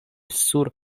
sur